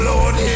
Lord